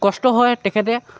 কষ্ট হয় তেখেতে